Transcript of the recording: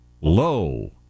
Low